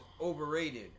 overrated